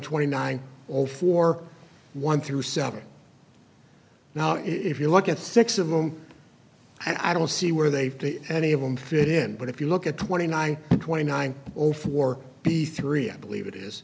twenty nine all four one through seven now if you look at six of them i don't see where they fit any of them fit in but if you look at twenty nine twenty nine zero four b three i believe it is